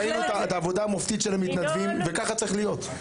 ראינו את העבודה המופתית של המתנדבים וככה צריך להיות.